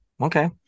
Okay